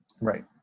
right